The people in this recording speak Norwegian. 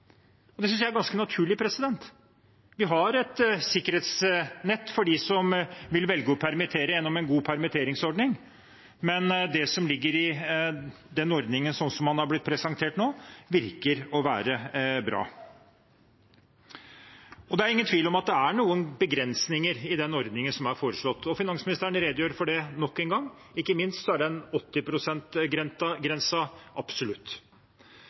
Det synes jeg er ganske naturlig. Vi har et sikkerhetsnett for dem som vil velge å permittere gjennom en god permitteringsordning, men det som ligger i den ordningen slik som den er blitt presentert nå, virker å være bra. Det er ingen tvil om at det er noen begrensninger i den ordningen som er foreslått, og finansministeren redegjør for det nok en gang. Ikke minst er 80-prosentgrensen absolutt. Så jeg kan ikke se at det er